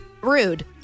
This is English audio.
rude